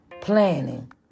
planning